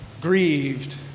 Grieved